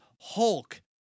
hulk